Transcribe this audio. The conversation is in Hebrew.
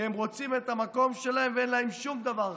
כי הם רוצים את המקום שלהם ואין להם שום דבר אחר.